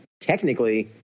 technically